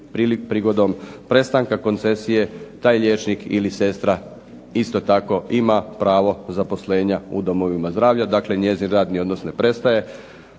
prigodom prestanka koncesije taj liječnik ili sestra isto tako ima pravo zaposlenja u domovima zdravlja. Dakle njezin radni odnos ne prestaje,